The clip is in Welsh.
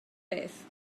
beth